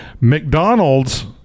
McDonald's